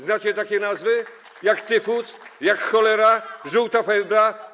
Znacie takie nazwy jak tyfus, cholera, żółta febra?